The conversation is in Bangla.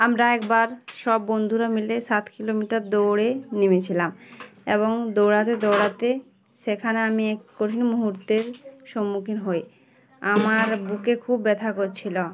আমরা একবার সব বন্ধুরা মিলে সাত কিলোমিটার দৌড়ে নেমেছিলাম এবং দৌড়াতে দৌড়াতে সেখানে আমি এক কঠিন মুহূুর্তের সম্মুখীন হই আমার বুকে খুব ব্যথা করছিলো